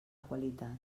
qualitat